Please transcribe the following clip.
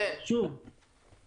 כמו שתואר כאן,